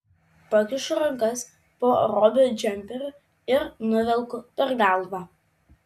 pakišu rankas po robio džemperiu ir nuvelku per galvą